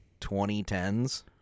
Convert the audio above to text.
2010s